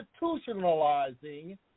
institutionalizing